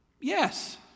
yes